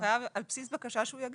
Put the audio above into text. על בסיס בקשה שהוא יגיש.